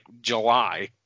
July